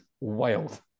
wild